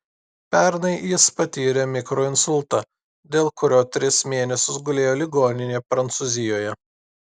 pernai jis patyrė mikroinsultą dėl kurio tris mėnesius gulėjo ligoninėje prancūzijoje